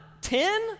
ten